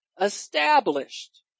established